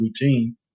routine